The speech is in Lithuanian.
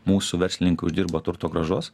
mūsų verslininkai uždirba turto grąžos